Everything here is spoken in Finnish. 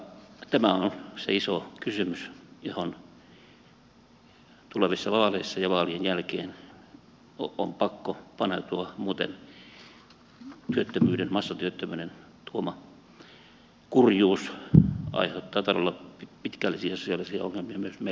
tämä on se iso kysymys johon tulevissa vaaleissa ja vaalien jälkeen on pakko paneutua muuten massatyöttömyyden tuoma kurjuus aiheuttaa todella pitkällisiä sosiaalisia ongelmia myös meillä suomessa